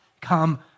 Come